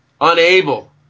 unable